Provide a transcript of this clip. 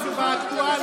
תודה, אדוני